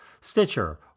Stitcher